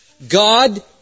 God